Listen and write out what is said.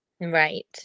Right